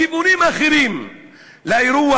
גיבורים אחרים לאירוע,